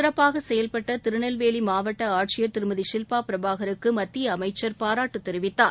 சிறப்பாகசெயல்பட்டதிருநெல்வேலிமாவட்டஆட்சியர் திருமதி ஷில்பாபிரபாகருக்குமத்தியஅமைச்சர் பாராட்டுதெரிவித்தார்